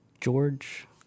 George